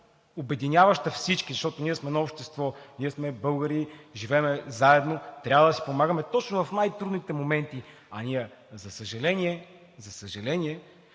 обединяваща всички, защото ние сме едно общество, ние сме българи, живеем заедно, трябва да си помагаме точно в най трудните моменти, а ние, за съжаление, за съжаление…